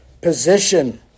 position